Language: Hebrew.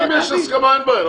אם יש הסכמה, אין בעיה.